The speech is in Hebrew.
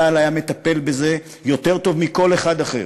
צה"ל היה מטפל בזה יותר טוב מכל אחד אחר.